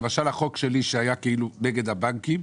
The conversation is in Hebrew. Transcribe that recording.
למשל החוק שלי, שהיה כאילו נגד הבנקים.